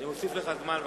אני מוסיף לך זמן.